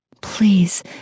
Please